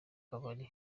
kabari